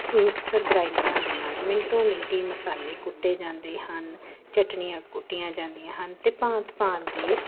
mixer ਗ੍ਰਾਈਂਡਰਾਂ ਦੇ ਨਾਲ ਮਿੰਟੋਂ ਮਿੰਟੀ ਮਸਾਲੇ ਕੁੱਟੇ ਜਾਂਦੇ ਹਨ ਚਟਨੀਆਂ ਕੁੱਟੀਆਂ ਜਾਂਦੀਆਂ ਹਨ ਅਤੇ ਭਾਂਤ ਭਾਂਤ ਦੇ